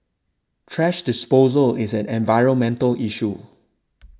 trash disposal is an environmental issue